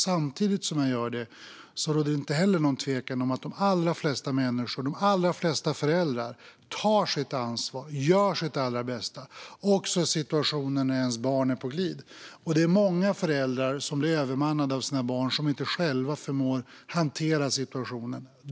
Samtidigt som jag gör det råder inte heller något tvivel om att de allra flesta människorna, de allra flesta föräldrarna, tar sitt ansvar och gör sitt allra bästa - också i situationer när ens barn är på glid. Det är många föräldrar som blir övermannade av sina barn och inte själva förmår hantera situationen.